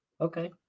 Okay